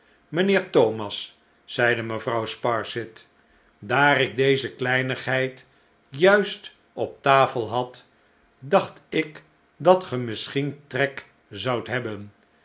mijnheer thomas zeide mevrouw sparsit daar ik deze kleinigheid juist op tafel had dacht ik dat ge misschien trek zoudt hebben